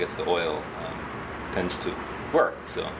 gets the oil tends to work